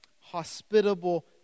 Hospitable